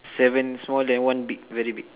seven small then one big very big